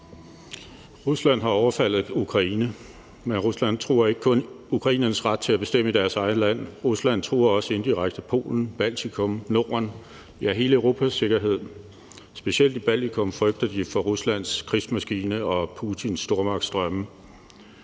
Rusland har overfaldet Ukraine, men Rusland truer ikke kun ukrainernes ret til at bestemme i deres eget land. Rusland truer også indirekte Polens, Baltikums, Nordens, ja, hele Europas sikkerhed. Specielt i Baltikum frygter de for Ruslands krigsmaskine og Putins stormagtsdrømme.